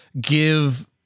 give